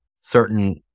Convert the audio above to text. certain